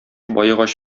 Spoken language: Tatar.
баегач